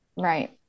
Right